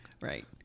Right